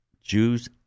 Jews